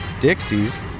Dixies